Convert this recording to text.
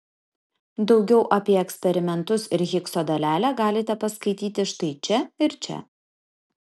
daugiau apie eksperimentus ir higso dalelę galite paskaityti štai čia ir čia